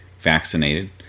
vaccinated